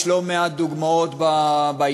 יש לא מעט דוגמות בהיסטוריה,